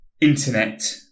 internet